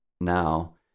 now